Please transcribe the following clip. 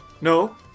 No